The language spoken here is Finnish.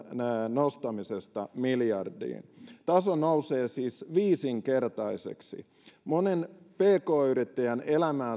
nostamisesta miljardiin taso nousee siis viisinkertaiseksi monen pk yrittäjän elämää